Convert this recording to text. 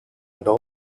adults